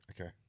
Okay